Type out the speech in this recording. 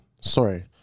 sorry